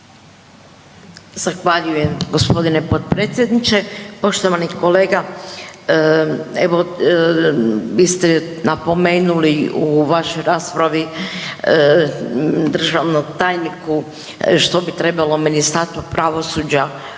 Zahvaljujem g. potpredsjedniče. Poštovani kolega. Evo svi ste napomenuli u vašoj raspravi državnom tajniku što bi trebalo Ministarstvo pravosuđa